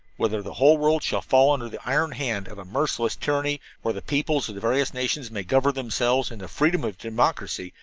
whether the whole world shall fall under the iron hand of a merciless tyranny, or the peoples of the various nations may govern themselves in the freedom of democracy,